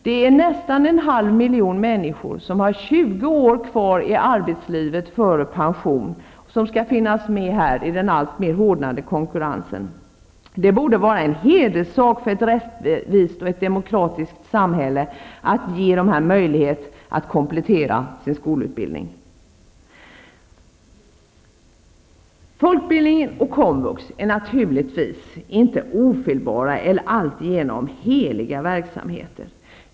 Det är nästan en halv miljon människor som har 20 år kvar i arbetslivet till pension, som skall finnas med i den allt hårdare konkurrensen. Det borde vara en hederssak för ett rättvist och demokratiskt samhälle att ge dem möjlighet att komplettera sin skolutbildning. Folkbildningen och komvux är naturligtvis inte ofelbara eller alltigenom heliga verksamheter.